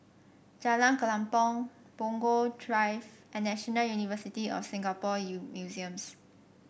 Jalan Kelempong Punggol Drive and National University of Singapore Museums